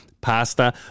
pasta